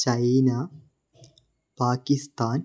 China Pakistan